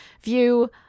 view